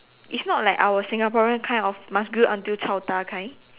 it's not like our Singaporean kind of must grill until chao ta kind